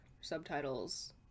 subtitles